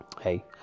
hey